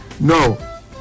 no